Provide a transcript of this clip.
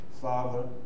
Father